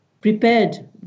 prepared